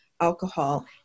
alcohol